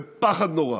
בפחד נורא,